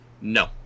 No